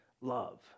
love